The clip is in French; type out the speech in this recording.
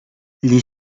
les